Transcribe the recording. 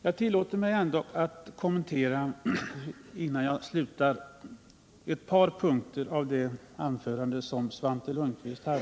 Jag tillåter mig ändå att innan jag slutar kommentera ett par punkter i det anförande som Svante Lundkvist höll.